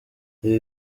ibi